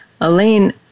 Elaine